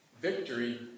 Victory